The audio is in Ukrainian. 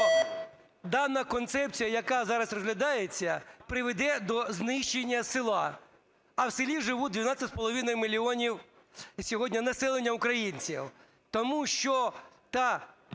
дана концепція, яка зараз розглядається, приведе до знищення села. А в селі живуть 12,5 мільйонів сьогодні населення українців, тому що та